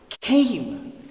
came